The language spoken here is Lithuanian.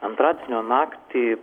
antradienio naktį